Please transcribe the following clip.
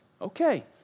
okay